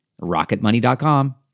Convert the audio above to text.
Rocketmoney.com